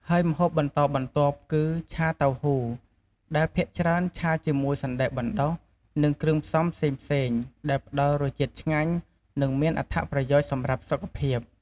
ហើយម្ហូបបន្តបន្ទាប់គឺ “ឆាតៅហ៊ូ” ដែលភាគច្រើនឆាជាមួយសណ្ដែកបណ្ដុះ និងគ្រឿងផ្សំផ្សេងៗ ដែលផ្តល់រសជាតិឆ្ងាញ់ និងមានអត្ថប្រយោជន៍សម្រាប់សុខភាព។